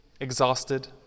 exhausted